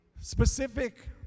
specific